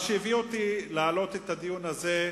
מה שהביא אותי להעלות את הדיון הזה היום,